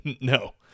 No